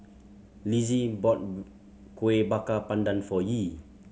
Lizzie bought Kueh Bakar Pandan for Yee